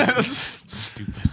Stupid